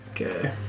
Okay